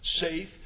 safe